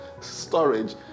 storage